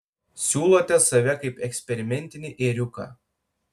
siūlote save kaip eksperimentinį ėriuką